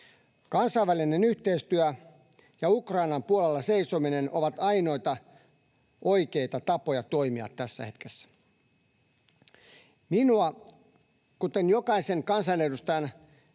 Kansainvälinen yhteistyö ja Ukrainan puolella seisominen ovat ainoita oikeita tapoja toimia tässä hetkessä. Minun, kuten jokaisen kansanedustajan,